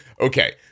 Okay